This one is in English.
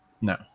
no